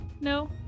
No